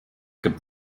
gibt